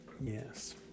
Yes